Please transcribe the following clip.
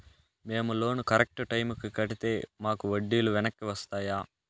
మేము loan correct టైముకి కట్టితే మాకు వడ్డీ లు వెనక్కి వస్తాయా?